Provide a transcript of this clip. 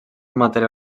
matèria